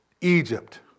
Egypt